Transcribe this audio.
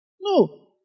No